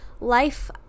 Life